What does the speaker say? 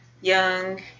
young